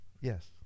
Yes